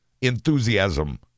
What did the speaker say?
enthusiasm